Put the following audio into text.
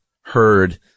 heard